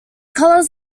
colours